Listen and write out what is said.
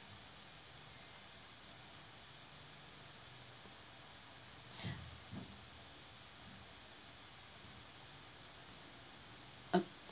uh